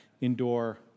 indoor